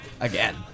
again